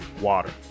water